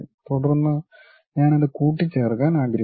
തുടർന്ന് ഞാൻ അത് കൂട്ടിച്ചേർക്കാൻ ആഗ്രഹിക്കുന്നു